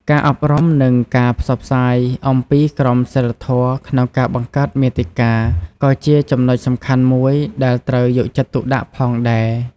ការអប់រំ និងការផ្សព្វផ្សាយអំពីក្រមសីលធម៌ក្នុងការបង្កើតមាតិកា ក៏ជាចំណុចសំខាន់មួយដែលត្រូវយកចិត្តទុកដាក់ផងដែរ។